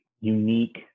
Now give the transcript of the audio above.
unique